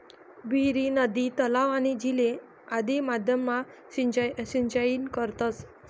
विहीर, नदी, तलाव, आणि झीले आदि माध्यम मा सिंचाई करतस